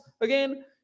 again